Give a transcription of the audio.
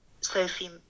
Sophie